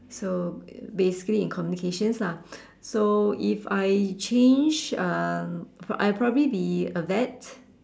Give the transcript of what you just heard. so basically in communications lah so if I change um I'll probably be a vet